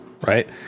Right